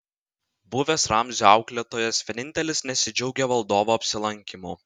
buvęs ramzio auklėtojas vienintelis nesidžiaugė valdovo apsilankymu